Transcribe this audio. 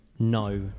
No